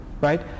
Right